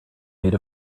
made